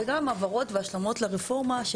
וגם הבהרות והשלמות לרפורמה.